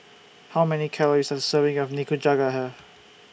How Many Calories Does A Serving of Nikujaga Have